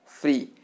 free